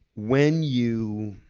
when you.